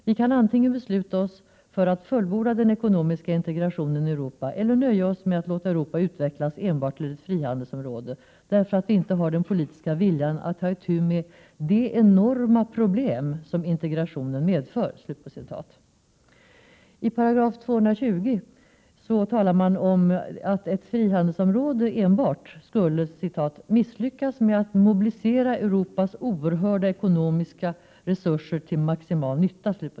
Vi kan antingen besluta oss för att fullborda den ekonomiska integrationen i Europa eller nöja oss med att låta Europa utvecklas enbart till ett frihandelsområde, därför att vi inte har den politiska viljan att ta itu med de enorma problem som integrationen medför.” I § 220 talas det om att blir det enbart ett frihandelsområde skulle vi ”misslyckas med att mobilisera Europas oerhörda ekonomiska resurser till maximal nytta”.